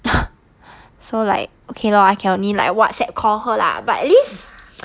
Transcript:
so like okay lor I can only like Whatsapp call her lah but at least